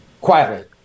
quietly